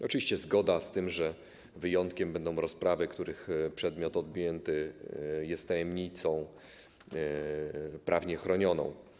Oczywiście zgoda w kwestii tego, że wyjątkiem będą rozprawy, których przedmiot objęty jest tajemnicą prawnie chronioną.